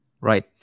Right